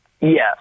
Yes